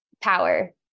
power